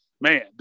man